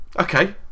Okay